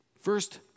First